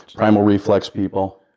primal reflex people.